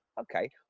Okay